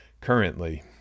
currently